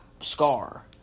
scar